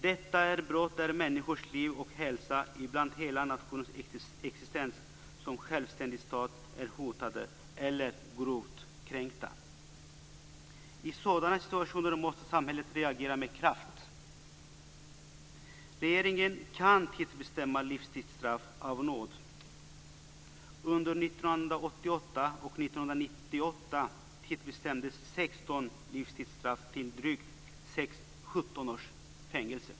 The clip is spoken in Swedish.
Detta är brott där människors liv och hälsa - ibland hela nationens existens som självständig stat - är hotat eller grovt kränkt. I sådana situationer måste samhället reagera med kraft. Regeringen kan tidsbestämma livstidsstraff av nåd. Under åren 1988-1998 tidsbestämdes 16 livstidsstraff till drygt 17 års fängelse.